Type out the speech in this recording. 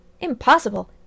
Impossible